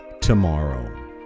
tomorrow